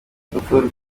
urupfu